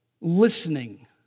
listening